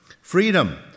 Freedom